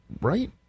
right